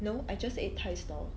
no I just ate thai stall